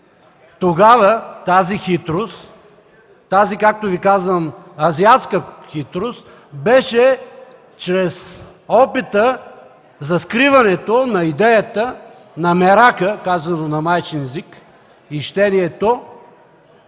Тогава тази азиатска хитрост беше чрез опита за скриването на идеята, на мерака, казано на майчин език, и щението,